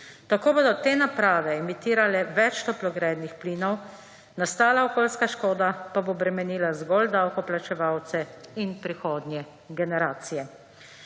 Tako bodo te naprave emitirale več toplogrednih plinov, nastala okoljska škoda pa bo bremenila zgolj davkoplačevalce in prihodnje generacije.